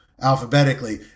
alphabetically